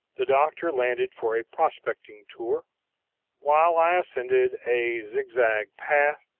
the doctor landed for a prospecting tour while i ascended a zigzag path,